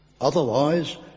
Otherwise